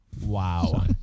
Wow